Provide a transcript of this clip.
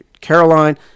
Caroline